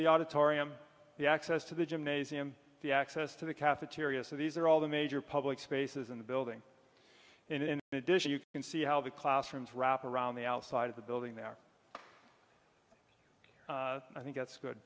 the auditorium the access to the gymnasium the access to the cafeteria so these are all the major public spaces in the building and in addition you can see how the classrooms wrap around the outside of the building there i think that's good